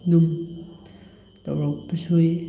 ꯑꯗꯨꯝ ꯇꯧꯔꯛꯄꯁꯨ